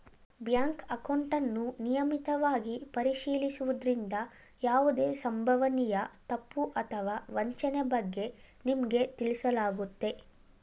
bank ಅಕೌಂಟನ್ನು ನಿಯಮಿತವಾಗಿ ಪರಿಶೀಲಿಸುವುದ್ರಿಂದ ಯಾವುದೇ ಸಂಭವನೀಯ ತಪ್ಪು ಅಥವಾ ವಂಚನೆ ಬಗ್ಗೆ ನಿಮ್ಗೆ ತಿಳಿಸಲಾಗುತ್ತೆ